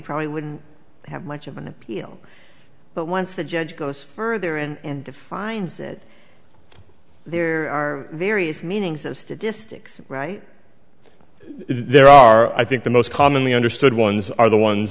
probably wouldn't have much of an appeal but once the judge goes further and defines it there are various meanings of statistics right there are i think the most commonly understood ones are the ones